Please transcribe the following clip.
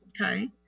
okay